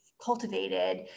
cultivated